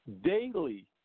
daily